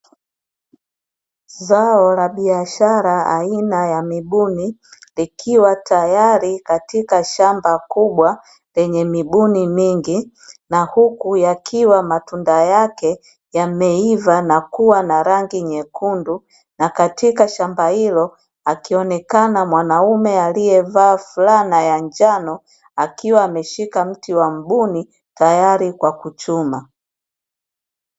Zao la biashara, aina ya mibuni, likiwa tayari katika shamba kubwa lenye mibuni mingi, na huku yakiwa matunda yake yameiva na kuwa na rangi nyekundu na Katika shamba hilo, akionekana mwanaume aliyevaa fulana ya njano, akiwa ameshika mti wa mbuni tayari kwa kuchuma.